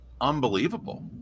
unbelievable